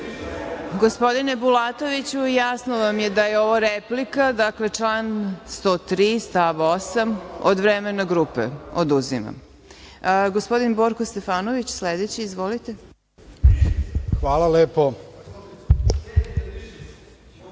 Gospodine Bulatoviću, jasno vam je da je ovo replika. Dakle, član 103. stav 8. od vremena grupe oduzimam. Gospodin Borko Stefanović je sledeći. Izvolite. **Borko